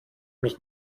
mich